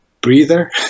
breather